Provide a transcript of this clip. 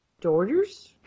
Daughters